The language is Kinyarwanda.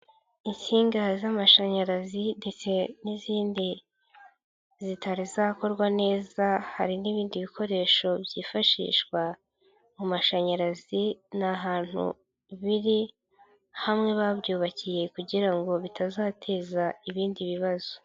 Insinga z'amashanyarazi ndetse n'izindi zitari zakorwa neza hari n'ibindi bikoresho byifashishwa mu mashanyarazi, ni ahantu biri hamwe babyubakiye kugira ngo bitazateza ibindi bibazo.